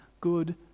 good